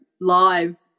live